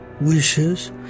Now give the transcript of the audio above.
wishes